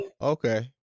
okay